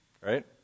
right